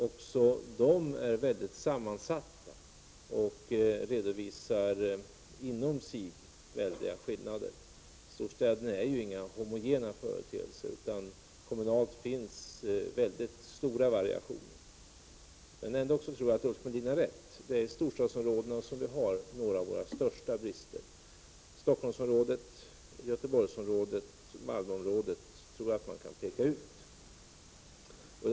Dessa är mycket sammansatta och redovisar inom sig stora skillnader. Storstäderna är ju inga homogena företeelser, utan det finns kommunalt mycket stora variationer. Jag tror alltså ändå att Ulf Melin har rätt i att det är i storstadsområdena som några av de största bristerna finns. I Stockholmsområdet, i Göteborgsområdet och i Malmöområdet tror jag att man kan peka ut sådana.